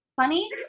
funny